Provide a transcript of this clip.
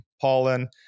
pollen